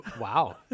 Wow